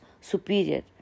superior